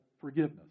forgiveness